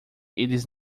eles